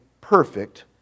perfect